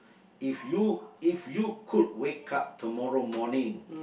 if you if you could wake up tomorrow morning